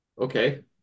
Okay